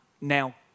now